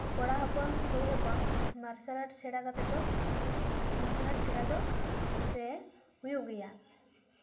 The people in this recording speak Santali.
ᱠᱚᱲᱟ ᱦᱚᱯᱚᱱ ᱠᱩᱲᱤ ᱦᱚᱯᱚᱱ ᱢᱟᱨᱥᱟᱞ ᱟᱨᱴᱥ ᱥᱮᱬᱟ ᱠᱟᱛᱮ ᱫᱚ ᱢᱟᱨᱥᱟᱞ ᱟᱨᱴᱥ ᱥᱮᱬᱟ ᱫᱚ ᱥᱮ ᱦᱩᱭᱩᱜ ᱜᱮᱭᱟ